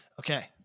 Okay